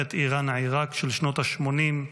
מלחמת איראן עיראק של שנות השמונים,